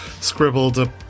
scribbled